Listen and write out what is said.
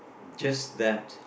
just that